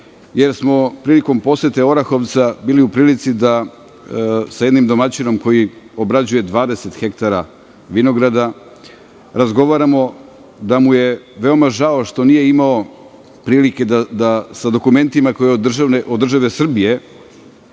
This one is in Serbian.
jer smo prilikom posete Orahovca bili u prilici da sa jednim domaćinom koji obrađuje 20 hektara vinograda, razgovaramo da mu je veoma žao što nije imao prilike da sa dokumentima koje je od države Srbije